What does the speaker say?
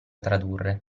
tradurre